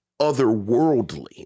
otherworldly